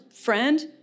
friend